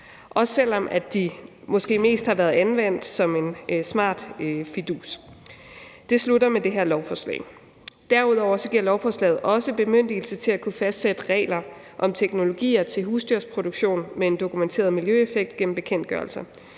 også selv om de måske mest har været anvendt som en smart fidus. Det slutter med det her lovforslag. Derudover giver lovforslaget også bemyndigelse til at kunne fastsætte regler om teknologier til husdyrproduktion med en dokumenteret miljøeffekt gennem bekendtgørelser.